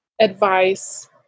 advice